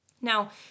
Now